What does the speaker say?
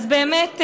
אז באמת,